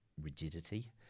rigidity